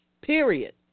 period